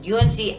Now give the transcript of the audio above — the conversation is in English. UNC